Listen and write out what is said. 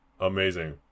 amazing